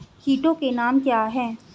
कीटों के नाम क्या हैं?